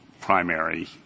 primary